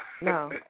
No